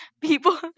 people